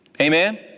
amen